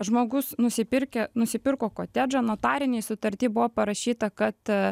žmogus nusipirkę nusipirko kotedžą notarinėj sutarty buvo parašyta kad